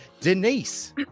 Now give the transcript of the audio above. Denise